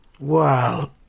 Wow